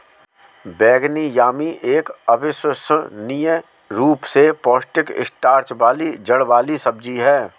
बैंगनी यामी एक अविश्वसनीय रूप से पौष्टिक स्टार्च वाली जड़ वाली सब्जी है